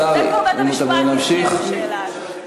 בית-המשפט כבר יכריע בשאלה הזאת.